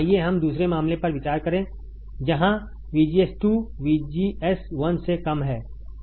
आइए हम दूसरे मामले पर विचार करें जहां VGS2 VGS1 से कम है